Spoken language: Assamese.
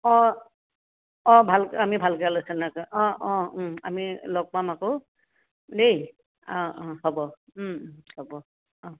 অঁ অঁ ভালকৈ আমি ভালকৈ আলোচনা কৰি অঁ অঁ আমি লগ পাম আকৌ দেই অঁ অঁ হ'ব হ'ব অঁ